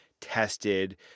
tested